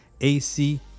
AC